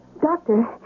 Doctor